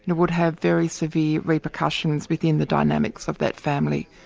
you know would have very severe repercussions within the dynamics of that family.